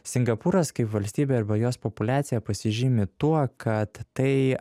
singapūras kaip valstybė arba jos populiacija pasižymi tuo kad tai